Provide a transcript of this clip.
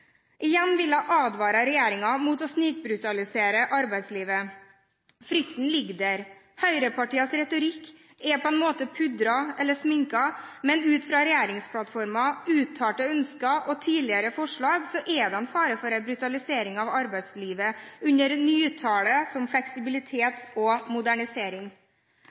Igjen vil jeg advare regjeringen mot å snikbrutalisere arbeidslivet. Frykten ligger der. Høyrepartienes retorikk er på en måte pudret eller sminket, men ut fra regjeringsplattformens uttalte ønsker og tidligere forslag er det en fare for en brutalisering av arbeidslivet under nytale som fleksibilitet og modernisering.